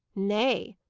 nay,